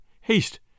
haste